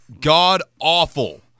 god-awful